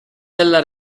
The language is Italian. della